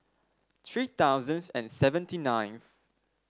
three thousands and seventy ninth